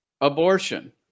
abortion